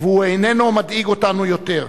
והוא איננו מדאיג אותנו יותר,